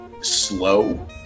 Slow